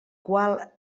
qual